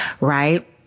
right